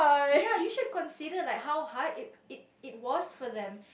ya you should consider like how hard it it it was for them